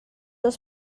els